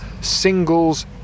singles